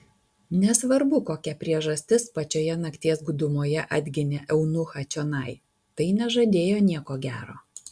nesvarbu kokia priežastis pačioje nakties gūdumoje atginė eunuchą čionai tai nežadėjo nieko gero